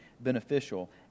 beneficial